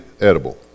edible